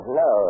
no